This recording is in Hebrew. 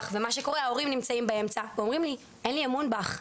ומה שקורה ההורים נמצאים באמצע ואומרים לי אין לי אמון בך,